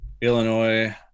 Illinois